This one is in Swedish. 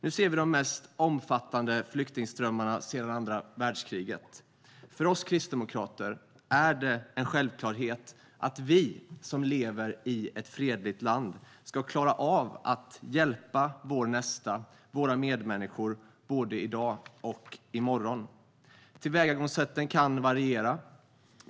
Nu ser vi de mest omfattande flyktingströmmarna sedan andra världskriget. För oss kristdemokrater är det en självklarhet att vi som lever i ett fredligt land ska klara av att hjälpa vår nästa, våra medmänniskor, både i dag och i morgon. Tillvägagångssätten kan variera.